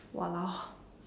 !walao!